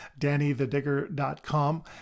DannyTheDigger.com